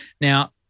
Now